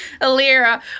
Alira